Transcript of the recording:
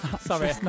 Sorry